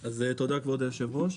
תודה, כבוד היושב-ראש.